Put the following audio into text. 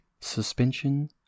suspension